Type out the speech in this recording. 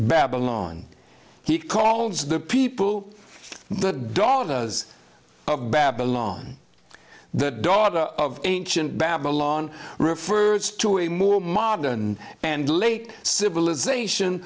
babylon he calls the people the daughters of babylon the daughter of ancient babylon refers to a movie modern and late civilization